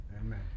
Amen